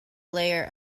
layer